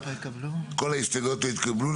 כל ההסתייגות לא התקבלו,